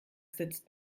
sitzt